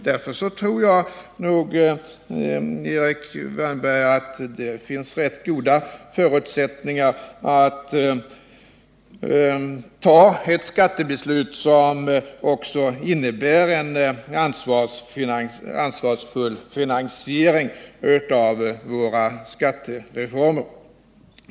Därför tror jag, Erik Wärnberg, att det finns rätt goda förutsättningar för ett beslut i skattefrågan som även innebär en ansvarsfull finansiering av våra skattereformer.